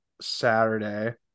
Saturday